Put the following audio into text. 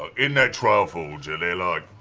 ah in that trial forge, are there like,